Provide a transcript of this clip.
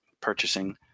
purchasing